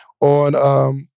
on